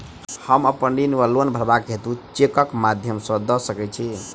हम अप्पन ऋण वा लोन भरबाक हेतु चेकक माध्यम सँ दऽ सकै छी?